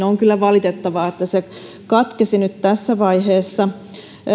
on kyllä valitettavaa että se katkesi nyt tässä vaiheessa